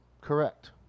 Correct